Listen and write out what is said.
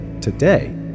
today